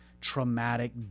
traumatic